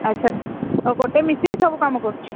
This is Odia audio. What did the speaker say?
ଆଚ୍ଛା ଆଉ ଗୋଟେ ମିସ୍ତ୍ରୀ ସବୁ କାମ କରୁଛି